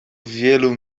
wielu